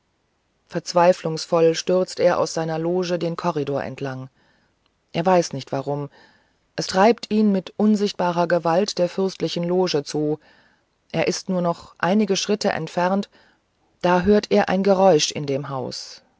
verzweiflungsvoll stürzt er aus seiner loge den korridor entlang er weiß nicht warum es treibt ihn mit unsichtbarer gewalt der fürstlichen loge zu er ist nur noch einige schritte entfernt da hört er ein geräusch in dem haus